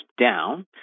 down